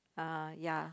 ah ya